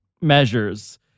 measures